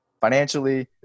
financially